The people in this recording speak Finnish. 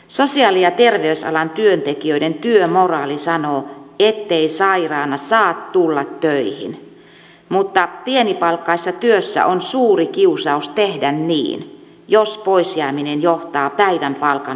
sosiaali ja terveysalan työntekijöiden työmoraali sanoo ettei sairaana saa tulla töihin mutta pienipalkkaisessa työssä on suuri kiusaus tehdä niin jos poisjääminen johtaa päivän palkan menettämiseen